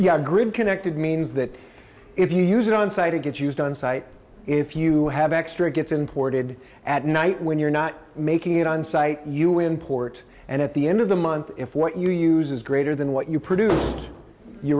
yeah grid connected means that if you use it on site it gets used onsite if you have extra gets imported at night when you're not making it on site you import and at the end of the month if what you use is greater than what you produce you